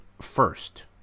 first